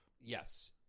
Yes